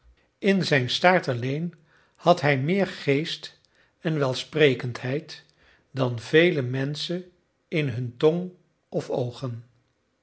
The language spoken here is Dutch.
in zijn staart alleen had hij meer geest en welsprekendheid dan vele menschen in hun tong of oogen